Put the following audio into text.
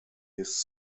his